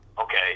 Okay